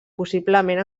possiblement